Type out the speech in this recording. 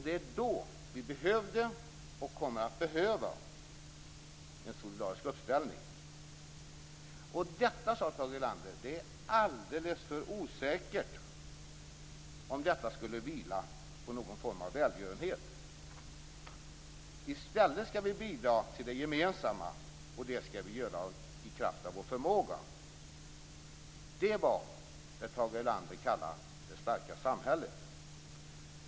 Det är då som vi behöver en solidarisk uppställning. Det är alldeles för osäkert, om detta skulle vila på någon form av välgörenhet. I stället skall vi bidra till det gemensamma, och det skall vi göra i kraft av vår förmåga. Det var detta som Tage Erlander kallade "det starka samhället".